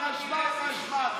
באר שבע אתה יודע.